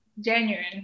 genuine